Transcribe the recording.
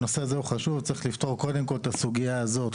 צריך קודם כול לפתור את הסוגיה הזאת.